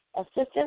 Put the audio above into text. assistance